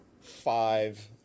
five